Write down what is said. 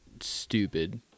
stupid